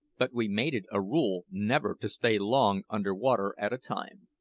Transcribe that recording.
but we made it a rule never to stay long under water at a time.